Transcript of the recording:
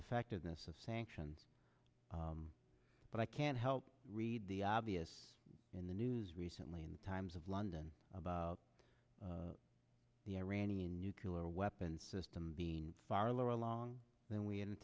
effectiveness of sanctions but i can't help read the obvious in the news recently in times of london about the iranian nuclear weapons system being far along than we